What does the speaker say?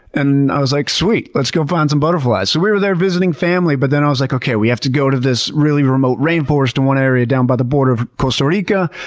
and i was like, sweet, let's go find some butterflies! so, we were there visiting family, but then i was like, okay, we have to go to this really remote rain forest in one area down by the border of costa rica.